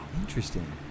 Interesting